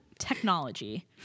technology